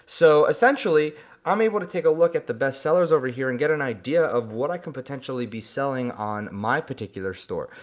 so essentially i'm able to take a look at the bestsellers over here, and get an idea of what i can potentially be selling on my particular store.